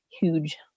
huge